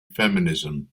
feminism